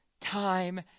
time